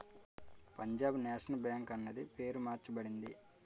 Punjab National Bank అన్నది పేరు మార్చబడింది